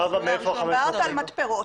דיברת על מתפרות.